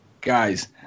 Guys